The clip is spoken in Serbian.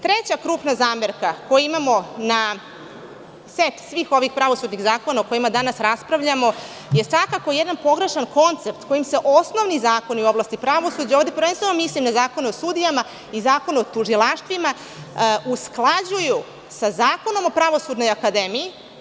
Treća krupna zamerka koju imamo na set ovih pravosudnih zakona o kojima danas raspravljamo je svakako jedan pogrešan koncept kojim se osnovni zakoni u oblasti pravosuđa, ovde prvenstveno mislim na Zakon o sudijama i Zakon o tužilaštvima, usklađuju sa Zakonom o pravosudnoj akademiji.